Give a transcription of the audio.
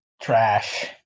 Trash